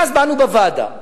ואז באנו בוועדה ואמרנו: